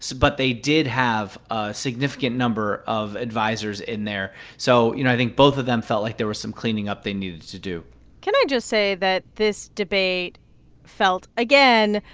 but they did have a significant number of advisers in there. so you know, i think both of them felt like there was some cleaning up they needed to do can i just say that this debate felt, again,